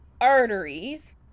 arteries